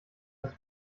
das